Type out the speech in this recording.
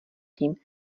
tím